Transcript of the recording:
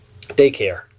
daycare